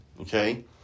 Okay